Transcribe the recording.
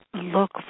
Look